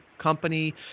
company